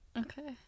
Okay